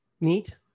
neat